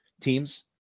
teams